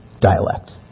dialect